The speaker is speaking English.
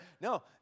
No